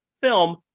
film